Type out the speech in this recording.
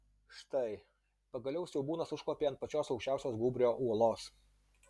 štai pagaliau siaubūnas užkopė ant pačios aukščiausios gūbrio uolos